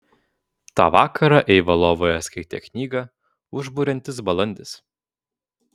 tą vakarą eiva lovoje skaitė knygą užburiantis balandis